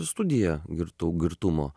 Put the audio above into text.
studija girtų girtumo